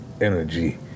energy